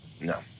No